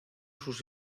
sus